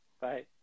Bye